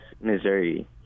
Missouri